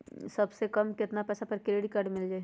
सबसे कम कतना पैसा पर क्रेडिट काड मिल जाई?